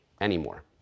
anymore